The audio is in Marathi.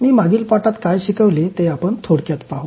मी मागील पाठात काय शिकवले ते आपण थोडक्यात पाहू